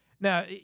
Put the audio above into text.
Now